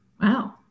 Wow